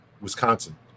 Wisconsin